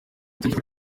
itegeko